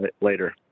later